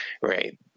right